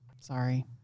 Sorry